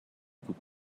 بود